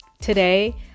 Today